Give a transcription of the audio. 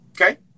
Okay